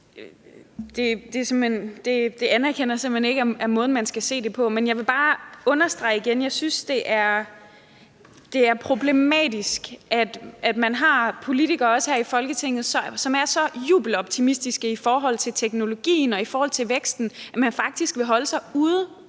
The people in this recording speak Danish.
Det anerkender jeg simpelt hen ikke er måden, man skal se det på. Men jeg vil bare igen understrege, at jeg synes, det er problematisk, at man også her i Folketinget har politikere, som er så jubeloptimistiske i forhold til teknologien og i forhold til væksten, at man faktisk vil holde sig uden